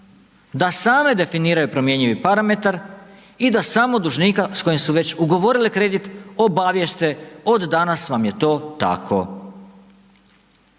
da same definiraju promjenjivi parametar i da samo dužnika s kojim su već ugovorile kredit obavijeste od danas vam je to tako.